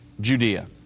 Judea